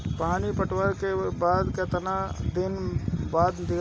पानी पटवला के बाद केतना दिन खाद दियाला?